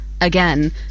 again